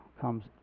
comes